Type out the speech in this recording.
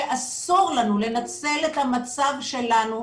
שאסור לנו לנצל את המצב שלנו,